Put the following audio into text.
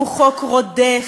הוא חוק רודף,